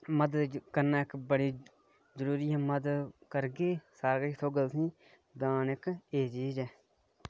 मदद करना इक बड़ी जरूरी ऐ मदद करगे सारा किश थ्होगा तुसैं गी दान इक ऐसी चीज ऐ